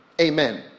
Amen